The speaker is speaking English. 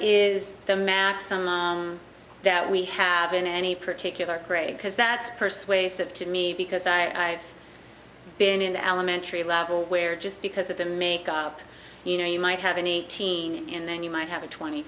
is the maximum that we have in any particular grade because that's persuasive to me because i been in the elementary level where just because of the make up you know you might have any teen in then you might have a twenty